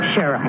Sure